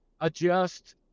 adjust